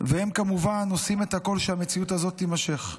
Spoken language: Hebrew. והן כמובן עושות הכול כדי שהמציאות הזאת תימשך.